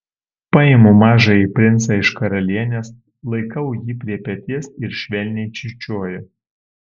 paimu mažąjį princą iš karalienės laikau jį prie peties ir švelniai čiūčiuoju